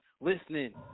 listening